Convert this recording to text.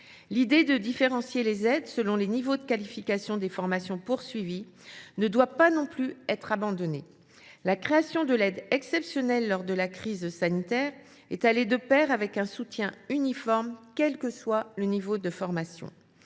l’idée de moduler les aides selon le niveau de qualification des formations suivies ne doit pas être abandonnée. La création de l’aide exceptionnelle lors de la crise sanitaire est allée de pair avec un soutien uniforme, quel que soit le niveau de formation.